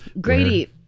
Grady